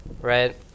right